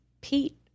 Pete